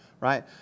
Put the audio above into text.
right